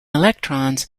electrons